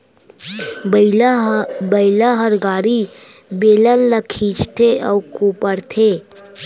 बइला हर गाड़ी, बेलन ल खींचथे अउ कोपरथे